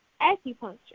acupuncture